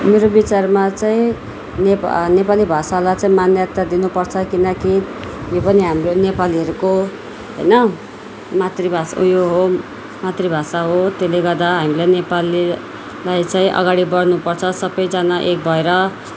मेरो विचारमा चाहिँ नेप नेपाली भाषालाई चैँचाहिँ मान्यता दिनुपर्छ किनकि यो पनि हाम्रो नेपालीहरूको हैन मातृभाष उयो हो मातृभाषा हो त्यसले गर्दा हामीलाई नेपालीलाई चाहिँ अगाडि बढ्नुपर्छ सबैजना एक भएर